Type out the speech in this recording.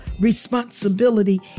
responsibility